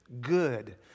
Good